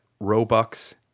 Robux